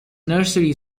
nursery